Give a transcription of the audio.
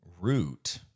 root